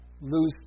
lose